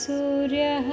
Surya